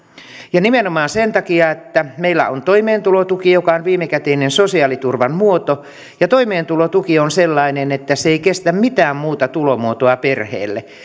ja nimenomaan sen takia että meillä on toimeentulotuki joka on viimekätinen sosiaaliturvan muoto ja toimeentulotuki on sellainen että se ei kestä mitään muuta tulomuotoa perheelle